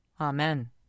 Amen